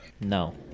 No